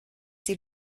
die